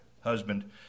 husband